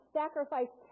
sacrifice